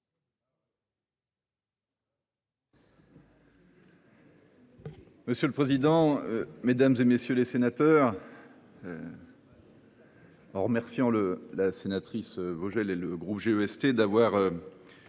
Monsieur le président, mesdames, messieurs les sénateurs, je remercie la sénatrice Vogel et le groupe GEST d’avoir